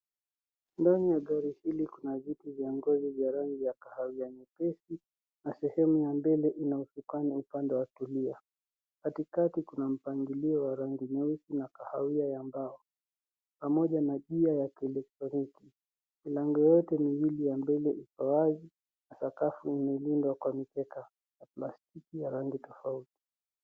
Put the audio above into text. Ndani ya gari hili kuna viti vya ngozi vya rangi ya kahawia nyepesi na sehemu ya mbele ina usukani upande wa kulia. Katikati kuna mpangilio wa rangi nyeusi na kahawia ya mbao, pamoja na gear ya kieletroniki. Milango yote miwili ya mbele iko wazi na sakafu imelindwa kwa mikeka ya plastiki ya rangi tofauti.